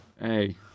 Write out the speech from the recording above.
Hey